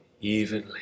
evenly